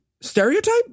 stereotype